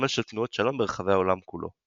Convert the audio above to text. כסמל של תנועות שלום ברחבי העולם כולו.